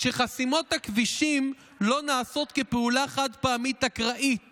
"כשחסימות הכבישים לא נעשות כפעולה חד-פעמית אקראית